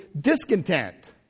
discontent